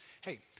hey